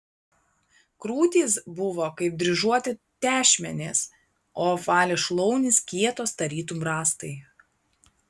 krūtys buvo kaip dryžuoti tešmenys o apvalios šlaunys kietos tarytum rąstai